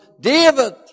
David